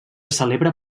celebra